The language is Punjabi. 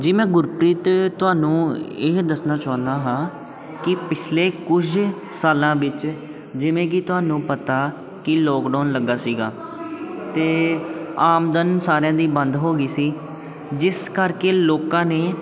ਜੀ ਮੈਂ ਗੁਰਪ੍ਰੀਤ ਤੁਹਾਨੂੰ ਇਹ ਦੱਸਣਾ ਚਾਹੁੰਦਾ ਹਾਂ ਕਿ ਪਿਛਲੇ ਕੁਝ ਸਾਲਾਂ ਵਿੱਚ ਜਿਵੇਂ ਕਿ ਤੁਹਾਨੂੰ ਪਤਾ ਕਿ ਲੋਕਡਾਊਨ ਲੱਗਾ ਸੀਗਾ ਅਤੇ ਆਮਦਨ ਸਾਰਿਆਂ ਦੀ ਬੰਦ ਹੋ ਗਈ ਸੀ ਜਿਸ ਕਰਕੇ ਲੋਕਾਂ ਨੇ